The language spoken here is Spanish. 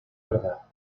verdad